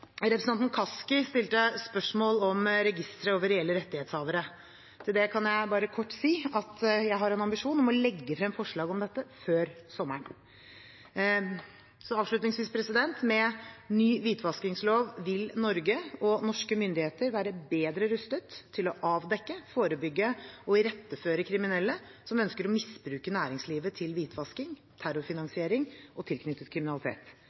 Representanten Kaski stilte spørsmål om registeret over reelle rettighetshavere. Til det kan jeg bare kort si at jeg har en ambisjon om å legge frem forslag om dette før sommeren. Avslutningsvis: Med ny hvitvaskingslov vil Norge og norske myndigheter være bedre rustet til å avdekke, forebygge og iretteføre kriminelle som ønsker å misbruke næringslivet til hvitvasking, terrorfinansiering og tilknyttet kriminalitet.